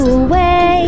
away